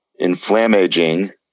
inflammaging